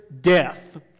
death